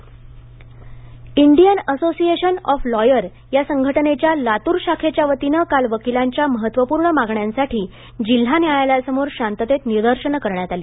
वकिल निदर्शन Latur Indian association of lawyer या संघटनेच्या लातूर शाखेच्या वतीने काल वकिलांच्या महत्वपूर्ण मागण्यांसाठी जिल्हा न्यायालायासमोर शांततेत निदर्शनं करण्यात आली